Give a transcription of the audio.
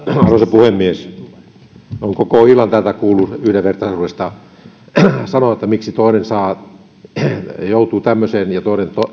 puhemies koko illan on täällä kuultu yhdenvertaisuudesta miksi toinen joutuu tämmöiseen ja toinen